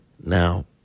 now